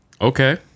Okay